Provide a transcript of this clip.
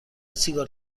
سیگار